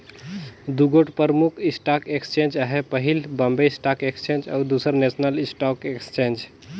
दुगोट परमुख stock exchange अहे पहिल बॉम्बे स्टाक एक्सचेंज अउ दूसर नेसनल स्टॉक एक्सचेंज